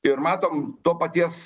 ir matom to paties